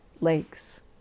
lakes